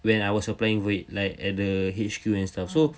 when I was applying for it like at the H_Q and stuff so